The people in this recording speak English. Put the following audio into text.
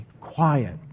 quiet